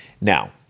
now